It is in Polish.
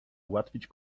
ułatwić